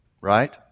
right